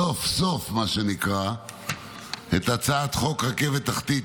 סוף-סוף מה שנקרא, את הצעת חוק רכבת תחתית.